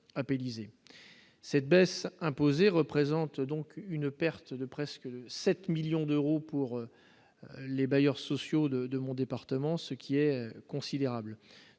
cette baisse imposée représente donc une perte de presque 7 millions d'euros pour les bailleurs sociaux de de mon département, ce qui est considérable,